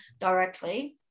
directly